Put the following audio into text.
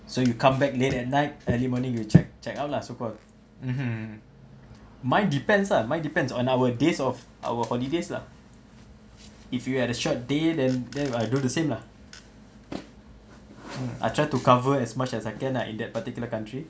so you come back late at night early morning you check check out lah so called mmhmm mine depends lah mine depends on our days off our holidays lah if you had a short day then then I do the same lah I try to cover as much as I can lah in that particular country